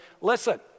listen